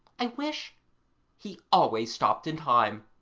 i wish he always stopped in time.